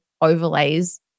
overlays